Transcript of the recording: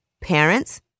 parents